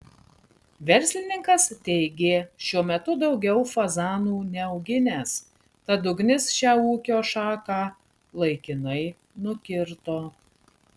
verslininkas teigė šiuo metu daugiau fazanų neauginęs tad ugnis šią ūkio šaką laikinai nukirto